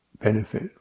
benefit